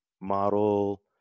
model